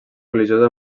religiosa